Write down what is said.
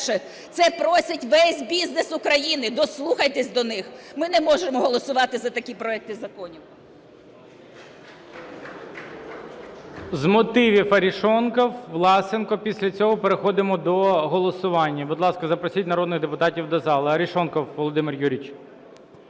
Це просить весь бізнес України, дослухайтесь до них. Ми не можемо голосувати за такі проекти законів.